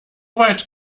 weit